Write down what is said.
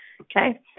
Okay